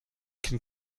can